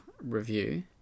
review